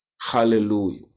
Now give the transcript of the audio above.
Hallelujah